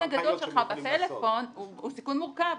הסיכון הגדול שלך בטלפון, הוא סיכון מורכב.